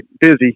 busy